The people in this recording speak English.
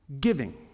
Giving